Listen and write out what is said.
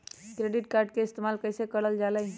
Credit card के इस्तेमाल कईसे करल जा लई?